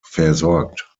versorgt